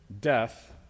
death